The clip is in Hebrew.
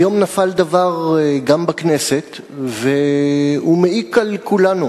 היום נפל דבר גם בכנסת והוא מעיק על כולנו.